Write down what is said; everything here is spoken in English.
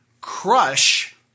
crush